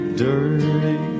dirty